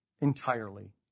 entirely